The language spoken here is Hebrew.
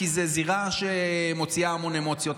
כי זו זירה שמוציאה המון אמוציות,